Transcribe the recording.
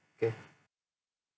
okay